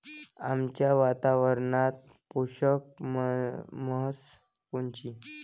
आमच्या वातावरनात पोषक म्हस कोनची?